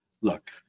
Look